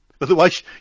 Otherwise